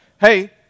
hey